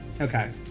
Okay